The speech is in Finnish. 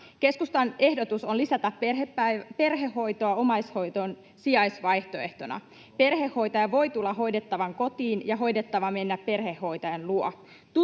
Keskustan ehdotus on lisätä perhehoitoa omaishoidon sijaisvaihtoehtona. Perhehoitaja voi tulla hoidettavan kotiin ja hoidettava mennä perhehoitajan luo.